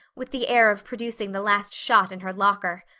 with the air of producing the last shot in her locker.